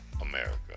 America